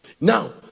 now